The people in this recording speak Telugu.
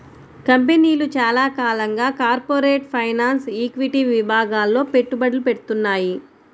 కంపెనీలు చాలా కాలంగా కార్పొరేట్ ఫైనాన్స్, ఈక్విటీ విభాగాల్లో పెట్టుబడులు పెడ్తున్నాయి